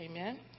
Amen